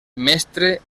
mestre